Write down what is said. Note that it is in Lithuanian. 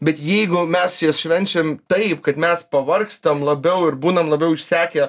bet jeigu mes jas švenčiam taip kad mes pavargstam labiau ir būnam labiau išsekę